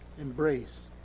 embrace